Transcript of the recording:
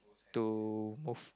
to move